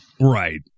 right